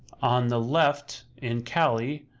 on the left in kali